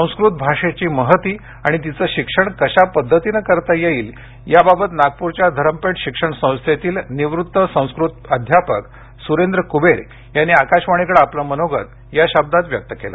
संस्कृत भाषेची महती आणि तिचं शिक्षण कशा पद्धतीने करता येईल याबाबत नागपूरच्या धरमपेठ शिक्षण संस्थेतील निवृत्त संस्कृत अध्यापक सुरेंद्र कुबेर यांनी आकाशवाणीकडे आपलं मनोगत व्यक्त केलं